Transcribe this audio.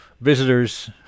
visitors